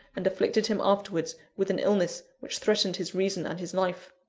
and afflicted him afterwards with an illness which threatened his reason and his life.